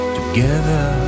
together